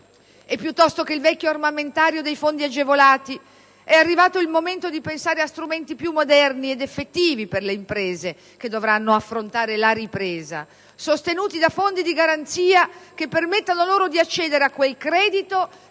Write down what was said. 2. Piuttosto che il vecchio armamentario dei fondi agevolati, è arrivato il momento di pensare a strumenti più moderni ed efficaci per le imprese, che dovranno affrontare la ripresa, sostenuti da fondi di garanzia che permettano loro di accedere a quel credito